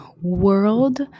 world